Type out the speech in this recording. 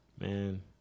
man